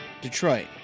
Detroit